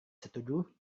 setuju